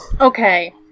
Okay